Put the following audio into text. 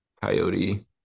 coyote